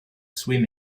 swim